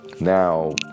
Now